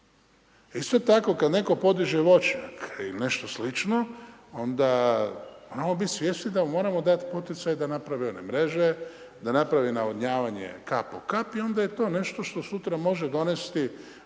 Isto tako kada netko podiže voćnjak ili nešto slično onda moramo biti svjesni da mu moramo dati poticaj da napravi one mreže, da napravi navodnavanje kap po kap i onda je to nešto što sutra može donesti